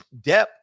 Depp